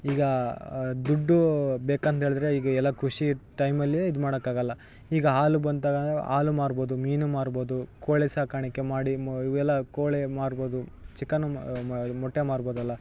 ಈಗ ದುಡ್ಡು ಬೇಕಂದೇಳಿದ್ರೆ ಈಗೆಲ್ಲ ಕೃಷಿ ಟೈಮ್ ಅಲ್ಲಿ ಇದು ಮಾಡೋಕಾಗಲ್ಲ ಈಗ ಹಾಲು ಬಂತಂದರೆ ಹಾಲು ಮಾರ್ಬೋದು ಮೀನು ಮಾರ್ಬೋದು ಕೋಳಿ ಸಾಕಾಣಿಕೆ ಮಾಡಿ ಮ ಇವೆಲ್ಲ ಕೋಳಿ ಮಾರ್ಬೋದು ಚಿಕನ್ನು ಮ ಮ ಮೊಟ್ಟೆ ಮಾರ್ಬೋದಲ್ಲ